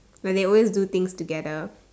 when they always do things together